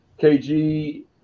KG